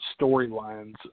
storylines